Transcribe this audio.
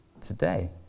today